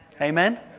Amen